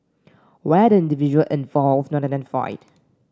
why are the individual involved not identified